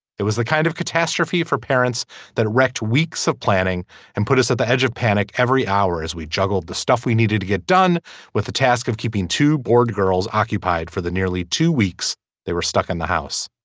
it was the kind of catastrophe for parents that wrecked weeks of planning and put us at the edge of panic every hour as we juggled the stuff we needed to get done with the task of keeping two board girls occupied for the nearly two weeks they were stuck in the house